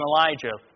Elijah